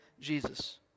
Jesus